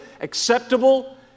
acceptable